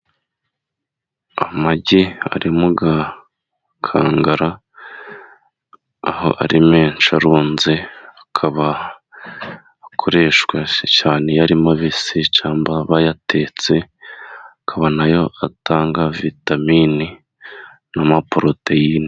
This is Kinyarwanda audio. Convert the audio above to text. Amagi ari mu gakangara aho ari menshi arunze akaba akoreshwa cyane iyo arimabisi cyangwa ba yatetse akaba nayo atanga vitamini n'amaporoteyine.